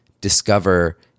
discover